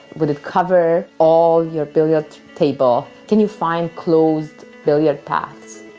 would it cover all your billiard table? can you find closed billiard paths?